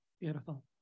Beautiful